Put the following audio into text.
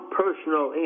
personal